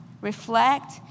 reflect